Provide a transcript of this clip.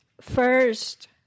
first